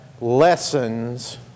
lessons